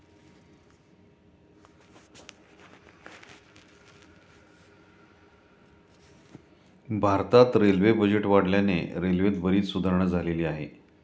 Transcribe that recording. भारतात railway budget वाढल्याने रेल्वेत बरीच सुधारणा झालेली आहे